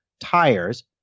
tires